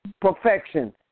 perfection